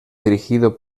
dirigido